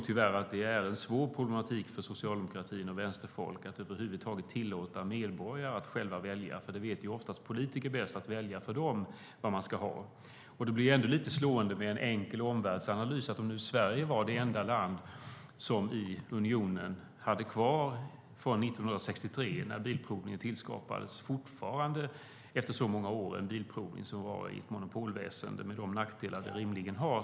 Tyvärr är det en svår problematik för socialdemokratin och vänsterfolk att över huvud taget tillåta medborgare att själva välja - politiker vet ju oftast bäst vad medborgarna ska välja. Det blir lite slående med en enkel omvärldsanalys. År 1963 tillskapades bilprovningen i Sverige, och vi var det enda land i unionen som fortfarande efter många år hade kvar en bilprovning i ett monopolväsen, med de nackdelar det rimligen har.